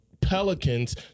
Pelicans